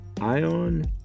ion